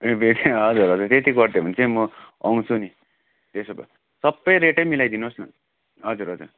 ए भेजै हजुर हजुर त्यति गरिदियो भने चाहिँ म आउँछु नि त्यसो भए सबै रेटै मिलाइदिनु होस् न हजुर हजुर